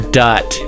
dot